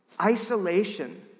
Isolation